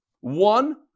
one